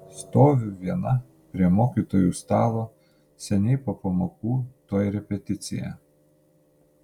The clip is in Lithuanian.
stoviu viena prie mokytojų stalo seniai po pamokų tuoj repeticija